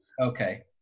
Okay